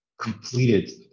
completed